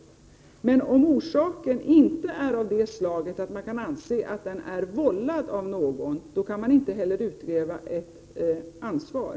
1988/89:29 orsaken till ett problem inte är av det slaget att man kan anse att skadan 22 november 1988 Vv n, kan man inte heller utkräva ett ansvar.